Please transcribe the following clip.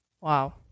wow